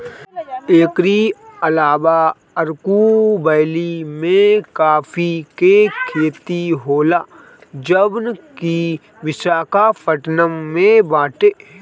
एकरी अलावा अरकू वैली में काफी के खेती होला जवन की विशाखापट्टनम में बाटे